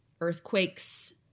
earthquakes